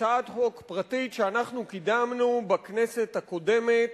הצעת חוק פרטית שאנחנו קידמנו בכנסת הקודמת,